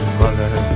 mother